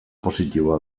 positiboa